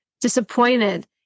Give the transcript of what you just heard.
disappointed